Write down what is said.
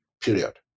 Period